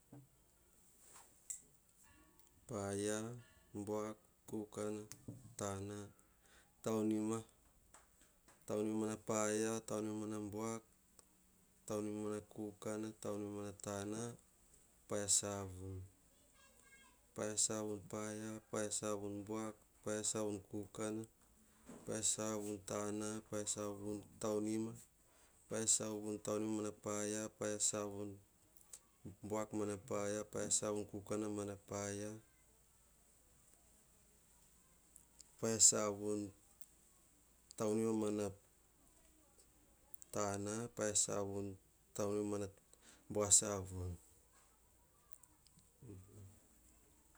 Paia, buak, kukana, tana, taunima, taunima mana paia, taunima mana buak, taunima mana kukana, taunima mana tana, paia savun, paia savun paia, paia savun buak, paia savun kukana, paia savun tana, paia savun taunima, paia savun taunima mana paia, paia savun taunima mana buak